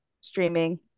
streaming